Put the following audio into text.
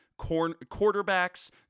quarterbacks